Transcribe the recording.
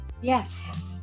Yes